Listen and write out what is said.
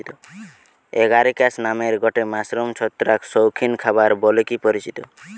Agaricus নামের গটে mushroom ছত্রাক শৌখিন খাবার বলিকি পরিচিত